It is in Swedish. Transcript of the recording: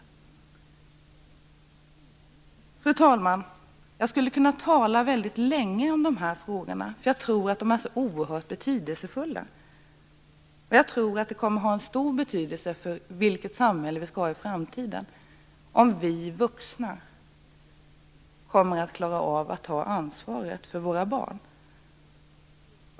Fru talman! Jag skulle kunna tala väldigt länge om de här frågorna, för jag tror att de är så oerhört betydelsefulla. Jag tror att de kommer att ha stor betydelse för vilket samhälle vi skall ha i framtiden och för om vi vuxna kommer att klara av att ha ansvaret för våra barn.